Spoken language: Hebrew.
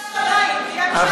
את הר הבית.